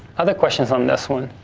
other questions on this one?